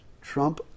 Trump